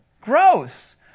Gross